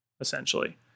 essentially